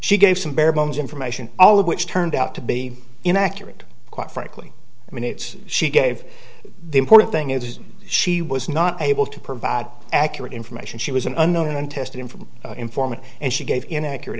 she gave some bare bones information all of which turned out to be inaccurate quite frankly i mean it's she gave the important thing is she was not able to provide accurate information she was an unknown untested in from informant and she gave inaccurate